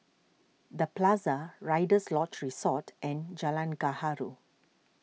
the Plaza Rider's Lodge Resort and Jalan Gaharu